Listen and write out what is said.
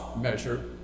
measure